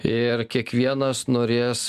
ir kiekvienas norės